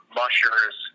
mushers